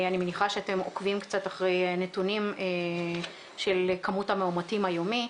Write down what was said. אני מניחה שאתם עוקבים קצת אחרי נתונים של כמות המאומתים היומי.